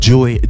joy